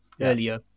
earlier